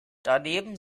daneben